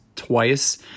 twice